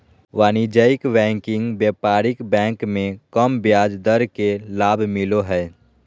वाणिज्यिक बैंकिंग व्यापारिक बैंक मे कम ब्याज दर के लाभ मिलो हय